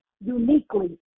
uniquely